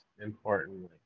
importantly